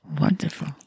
Wonderful